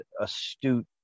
astute